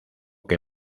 que